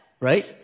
Right